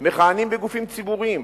מכהנים בגופים ציבוריים.